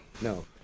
no